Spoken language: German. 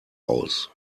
aus